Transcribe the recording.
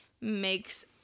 makes